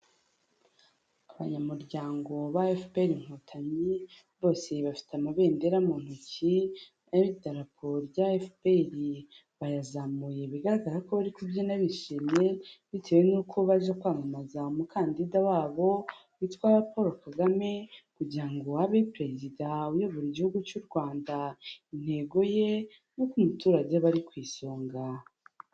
Abanyamuryango ba FPR inkotanyi, bose bafite amabendera mu ntoki, bafite n'idarapo rya FPR, bayazamuye, bigaragara ko bari kubyina bishimye, bitewe n'uko baje kwamamaza umukandida wabo witwa Paul Kagame, kugirango ngo abe perezida uyobora igihugu cy'u Rwanda, intego ye ni uko umuturage aba ku isonga.